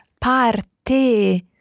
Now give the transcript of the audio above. parte